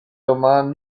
roman